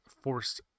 forced